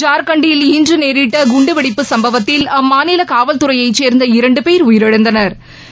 ஜார்கண்டில் இன்று நேரிட்ட குண்டுவெடிப்பு சம்பவத்தில் அம்மாநில காவல்துறையைச் சேர்ந்த இரண்டு போ் உயிரிழந்தனா்